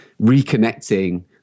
reconnecting